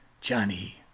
Johnny